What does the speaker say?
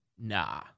nah